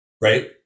right